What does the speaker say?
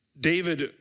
David